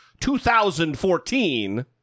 2014